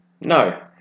no